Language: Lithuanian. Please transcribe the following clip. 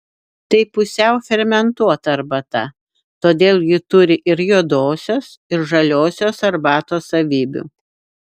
tai pusiau fermentuota arbata todėl ji turi ir juodosios ir žaliosios arbatos savybių